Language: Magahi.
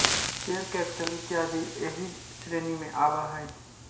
शेयर कैपिटल इत्यादि एही श्रेणी में आवऽ हई